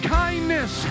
kindness